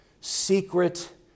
secret